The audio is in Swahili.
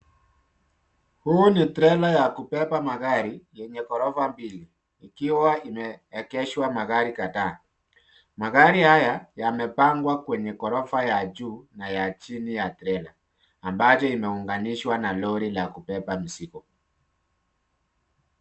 Huu ni trela ya kubeba magari yenye ghorofa mbili ikiwa imeegeshwa magari kadhaa, magari haya yamepangwa kwenye ghorofa ya juu na ya chini ya trela ambayo imeunganishwa na lori la kubeba mzigo.